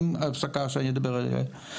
עם הפסקה שאני אדבר עליה,